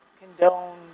condone